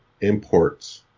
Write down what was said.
imports